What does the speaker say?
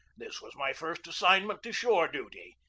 this was my first assign ment to shore duty,